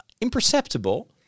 imperceptible